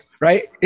right